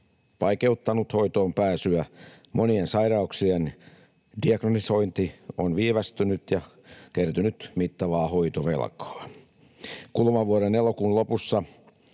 vaikeuttanut hoitoonpääsyä. Monien sairauksien diagnosointi on viivästynyt, ja on kertynyt mittavaa hoitovelkaa. Kuluvan vuoden elokuun lopussa